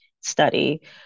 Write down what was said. Study